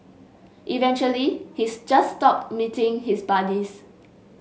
eventually he's just stopped meeting his buddies